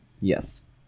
Yes